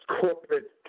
corporate